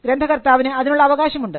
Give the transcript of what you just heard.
ഗ്രന്ഥകർത്താവിന് അതിനുള്ള അവകാശമുണ്ട്